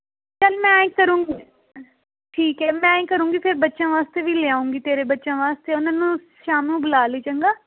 ਚੱਲ ਮੈਂ ਐਂਉਂ ਕਰੂ ਠੀਕ ਹੈ ਮੈਂ ਕਰੂੰਗੀ ਫਿਰ ਬੱਚਿਆਂ ਵਾਸਤੇ ਵੀ ਲੈ ਆਊਂਗੀ ਤੇਰੇ ਬੱਚਿਆਂ ਵਾਸਤੇ ਉਹਨਾਂ ਨੂੰ ਸ਼ਾਮ ਨੂੰ ਬੁਲਾ ਲਈ ਚੰਗਾ